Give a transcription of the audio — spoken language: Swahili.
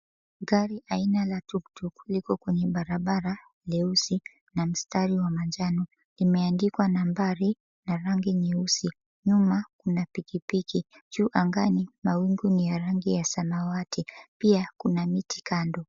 Gari aina la tuk tuk liko kwenye barabara, leusi na msitari wa manjano. Imeandikwa nambari na rangi nyeusi. Nyuma kuna pikipiki. Juu angani, mawingu ni ya rangi ya samawati. Pia kuna miti kando.